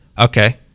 Okay